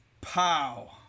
Pow